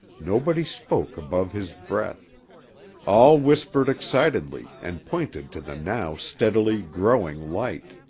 nobody spoke above his breath all whispered excitedly and pointed to the now steadily growing light.